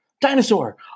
Dinosaur